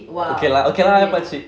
okay lah okay lah I pakcik